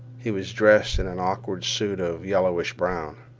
he was dressed in an awkward suit of yellowish brown.